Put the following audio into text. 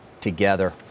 together